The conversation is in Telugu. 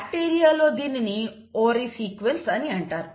బ్యాక్టీరియాలో దీనిని ఓరి సీక్వెన్స్ అని అంటారు